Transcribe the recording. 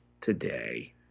today